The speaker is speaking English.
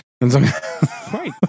right